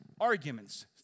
Arguments